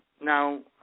now